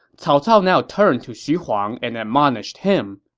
cao cao now turned to xu huang and admonished him.